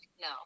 No